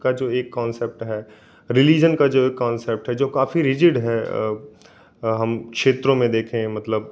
का जो एक कोंसेप्ट है रिलिजन का जो एक कोंसेप्ट है जो काफ़ी रिजिड है हम क्षेत्रों में देखें मतलब